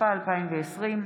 התשפ"א 2020,